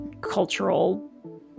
cultural